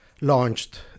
launched